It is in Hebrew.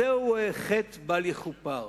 זהו חטא בל יכופר.